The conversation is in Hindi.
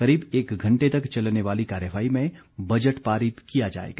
करीब एक घंटे तक चलने वाली कार्यवाही में बजट पारित किया जाएगा